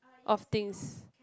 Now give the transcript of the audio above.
of things